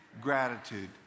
gratitude